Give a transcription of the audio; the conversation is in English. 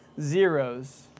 Zeros